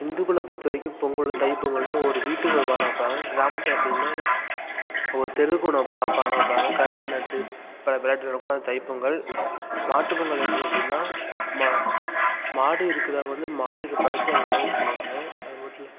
இந்துக்களை பொறுத்தவரைக்கும் பொங்கல் தைப் பொங்கல்னால் ஒரு வீடுக்கு ஒரு பானை வைப்பாங்க கிராமத்தில் அப்படி இல்லை ஒரு தெருவுக்கு ஒன்று வைப்பாங்க பானை வைப்பாங்க கரும்பு நட்டு ப விளையாட்டு நடக்கும் அது தைப்பொங்கல் மாட்டுப் பொங்கல் எப்படி அப்படின்னா மா மாடு இருக்கிறவங்க வந்து மாடுக்குப் படைச்சி அப்புறம் சாமி கும்பிடுவாங்க அதுமட்டும் இல்லை